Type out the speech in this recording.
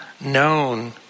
known